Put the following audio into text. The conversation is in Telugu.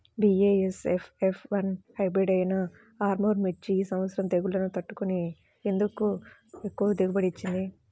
బీ.ఏ.ఎస్.ఎఫ్ ఎఫ్ వన్ హైబ్రిడ్ అయినా ఆర్ముర్ మిర్చి ఈ సంవత్సరం తెగుళ్లును తట్టుకొని ఎందుకు ఎక్కువ దిగుబడి ఇచ్చింది?